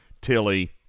Tilly